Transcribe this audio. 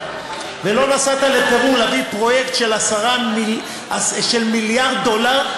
ולא נסעת לפרו להביא פרויקט של מיליארד דולר,